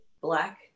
Black